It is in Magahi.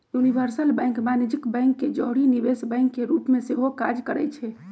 यूनिवर्सल बैंक वाणिज्यिक बैंक के जौरही निवेश बैंक के रूप में सेहो काज करइ छै